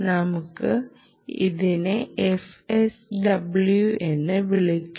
നമുക്ക് ഇതിനെ fsw എന്നു വിളിക്കാം